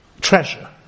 treasure